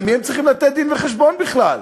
למי הם צריכים לתת דין-וחשבון בכלל?